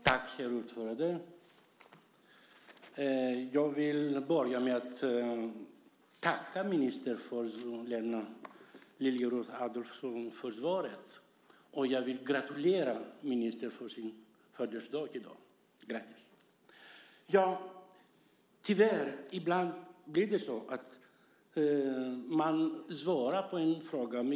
Herr talman! Jag vill börja med att tacka minister Lena Adelsohn Liljeroth för svaret. Jag vill också gratulera ministern på hennes födelsedag i dag - grattis! Tyvärr blir det ibland så här när man svarar på en fråga.